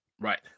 Right